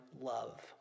love